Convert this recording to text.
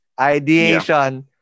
Ideation